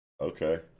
okay